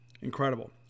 Incredible